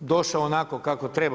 došao onako kako treba.